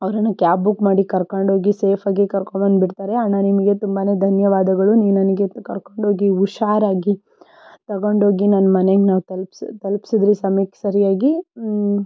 ಅವರನ್ನು cab book ಮಾಡಿ ಕರ್ಕೊಂಡೋಗಿ ಸೇಫಾಗಿ ಕರ್ಕೊಂಡು ಬಂದುಬಿಡ್ತಾರೆ ಅಣ್ಣಾ ನಿಮಗೆ ತುಂಬಾನೇ ಧನ್ಯವಾದಗಳು ನೀವು ನನಗೆ ಕರ್ಕೊಂಡೋಗಿ ಹುಷಾರಾಗಿ ತಗೊಂಡೋಗಿ ನನ್ನ ಮನೆಗೆ ತಲ್ಪ್ ತಲುಪಿಸಿದಿರಿ ಸಮಯಕ್ಕೆ ಸರಿಯಾಗಿ